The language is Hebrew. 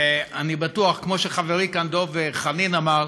ואני בטוח, כמו שחברי דבר חנין אמר,